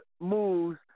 moves